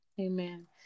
Amen